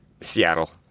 Seattle